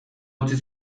utzi